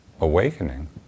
awakening